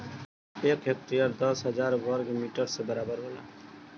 एक हेक्टेयर दस हजार वर्ग मीटर के बराबर होला